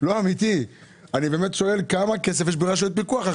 אני באמת שואל כמה כסף יש ברשויות פיקוח.